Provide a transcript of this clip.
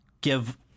give